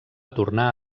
tornar